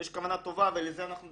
יש כוונה טובה ולזה אנחנו דוחפים.